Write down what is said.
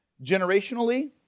Generationally